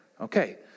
Okay